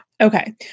Okay